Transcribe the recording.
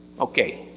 okay